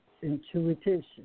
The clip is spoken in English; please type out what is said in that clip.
Intuition